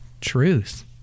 Truth